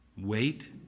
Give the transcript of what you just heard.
wait